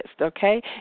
Okay